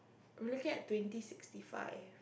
I'm looking at twenty sixty five